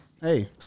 hey